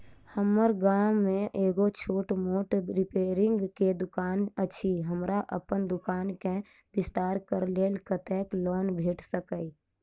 हम्मर गाम मे एगो छोट मोट रिपेयरिंग केँ दुकान अछि, हमरा अप्पन दुकान केँ विस्तार कऽ लेल कत्तेक लोन भेट सकइय?